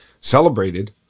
celebrated